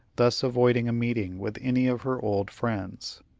thus avoiding a meeting with any of her old friends.